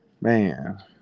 Man